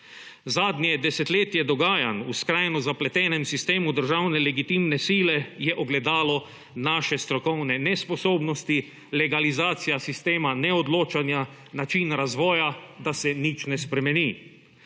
Zadnje desetletje dogajanj v skrajno zapletenem sistemu državne legitimne sile je ogledalo naše strokovne nesposobnosti, legalizacija sistema neodločanja, način razvoja, da se nič ne spremeni.